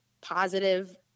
positive